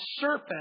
serpent